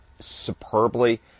superbly